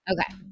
Okay